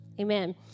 Amen